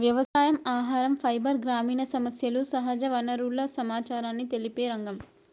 వ్యవసాయం, ఆహరం, ఫైబర్, గ్రామీణ సమస్యలు, సహజ వనరుల సమచారాన్ని తెలిపే రంగం